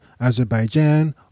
Azerbaijan